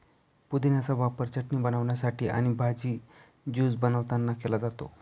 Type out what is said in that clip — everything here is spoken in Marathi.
पुदिन्याचा वापर चटणी बनवण्यासाठी आणि भाजी, ज्यूस बनवतांना केला जातो